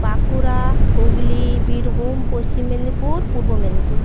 Bankura Hooghly Birbhum Paschim Medinipur Purba Medinipur